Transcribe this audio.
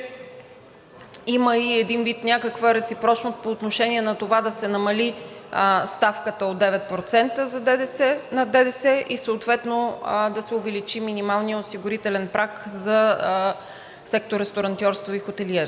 има и един вид някаква реципрочност по отношение на това да се намали ставката от 9% за ДДС и съответно да се увеличи минималният осигурителен праг за сектор „Ресторантьорство и хотелиерство“.